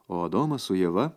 o adomas su ieva